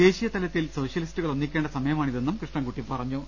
ദേശീയതലത്തിൽ സോഷ്യലിസ്റ്റുകൾ ഒന്നിക്കേണ്ട സമയമാണിതെന്നും കൃഷ്ണൻകുട്ടി പറഞ്ഞു